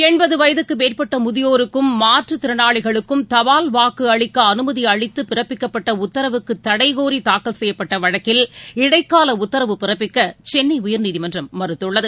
எண்பது வயதுக்கு மேற்பட்ட முதியோருக்கும் மாற்றுத் திறனாளிகளுக்கும் தபால் வாக்கு அளிக்க அனுமதி அளித்து பிறப்பிக்கப்பட்ட உத்தரவுக்கு தடை கோரி தாக்கல் செய்யப்பட்ட வழக்கில் இடைக்கால உத்தரவு பிறப்பிக்க சென்னை உயர்நீதிமன்றம் மறுத்துள்ளது